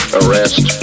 arrest